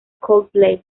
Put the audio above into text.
coldplay